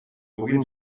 puguin